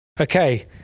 okay